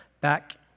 back